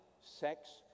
sex